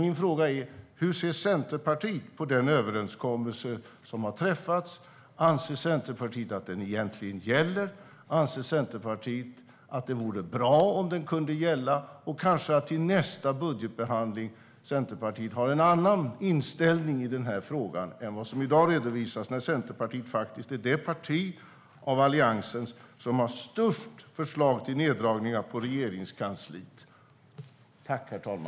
Hur ser Centerpartiet på den överenskommelse som har träffats? Anser Centerpartiet att den egentligen gäller? Anser Centerpartiet att det vore bra om den kunde gälla? Har Centerpartiet kanske till nästa budgetbehandling en annan inställning i den här frågan än vad som i dag redovisas, då Centerpartiet är det alliansparti vars förslag till neddragningar på Regeringskansliet är de största?